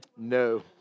No